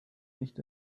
nicht